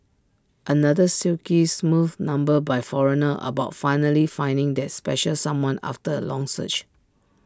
another silky smooth number by foreigner about finally finding that special someone after A long search